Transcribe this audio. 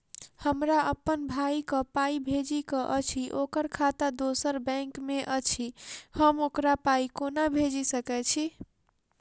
हमरा अप्पन भाई कऽ पाई भेजि कऽ अछि, ओकर खाता दोसर बैंक मे अछि, हम ओकरा पाई कोना भेजि सकय छी?